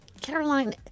Caroline